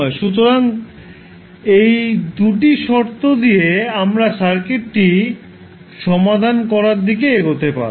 সুতরাং এই 2 টি শর্ত দিয়ে আমরা সার্কিটটি সমাধান করার দিকে এগতে পারবো